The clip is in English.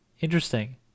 Interesting